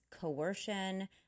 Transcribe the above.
coercion